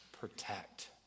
protect